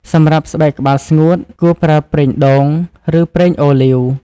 សម្រាប់ស្បែកក្បាលស្ងួត គួរប្រើប្រេងដូង ឬប្រេងអូលីវ។